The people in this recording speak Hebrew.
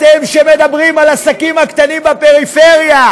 אתם, שמדברים על העסקים הקטנים בפריפריה.